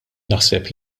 naħseb